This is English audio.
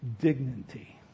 dignity